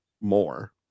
more